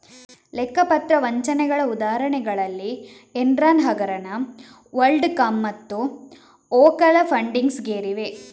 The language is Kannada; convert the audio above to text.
ಲೆಕ್ಕ ಪತ್ರ ವಂಚನೆಗಳ ಉದಾಹರಣೆಗಳಲ್ಲಿ ಎನ್ರಾನ್ ಹಗರಣ, ವರ್ಲ್ಡ್ ಕಾಮ್ಮತ್ತು ಓಕಾಲಾ ಫಂಡಿಂಗ್ಸ್ ಗೇರಿವೆ